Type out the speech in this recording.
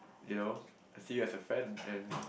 you know I see you as a friend and